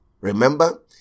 Remember